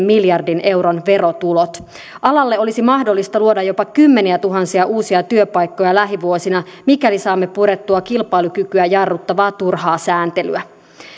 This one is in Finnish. miljardin euron verotulot alalle olisi mahdollista luoda jopa kymmeniätuhansia uusia työpaikkoja lähivuosina mikäli saamme purettua kilpailukykyä jarruttavaa turhaa sääntelyä